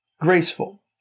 graceful